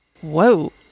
Whoa